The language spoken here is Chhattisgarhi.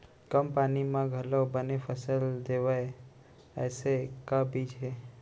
कम पानी मा घलव बने फसल देवय ऐसे का बीज हे?